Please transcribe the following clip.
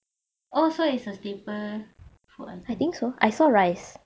oh so is a staple food ah